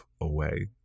away